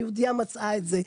שם היהודייה מצאה את זה.